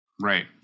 Right